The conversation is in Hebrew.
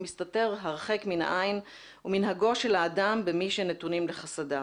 מסתתר הרחק מן העין ומנהגו של האדם במי שנתונים לחסדיו.